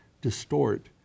distort